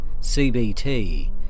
CBT